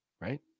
right